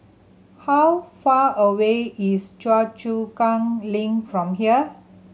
how far away is Choa Chu Kang Link from here